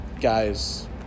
guys